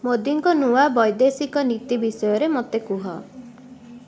ମୋଦିଙ୍କ ନୂଆ ବୈଦେଶିକ ନୀତି ବିଷୟରେ ମୋତେ କୁହ